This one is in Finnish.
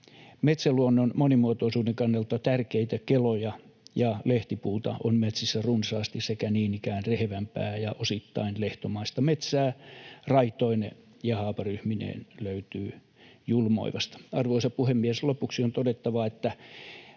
Metsäluonnon monimuotoisuuden kannalta tärkeitä keloja ja lehtipuuta on metsissä runsaasti, ja niin ikään rehevämpää ja osittain lehtomaista metsää raitoineen ja haaparyhmineen löytyy Julmoivasta. Arvoisa puhemies! Lopuksi on todettava, että